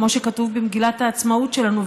כמו שכתוב במגילת העצמאות שלנו.